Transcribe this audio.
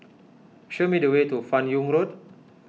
show me the way to Fan Yoong Road